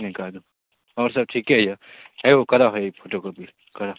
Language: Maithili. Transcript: निकालू आओर सब ठीके यऽ हेयौ कराउ फोटोकॉपी कराउ